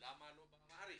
מדוע לא באמהרית.